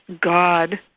God